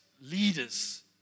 leaders